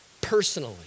personally